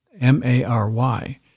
M-A-R-Y